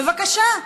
בבקשה,